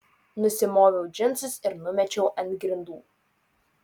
nusimoviau džinsus ir numečiau ant grindų